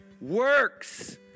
works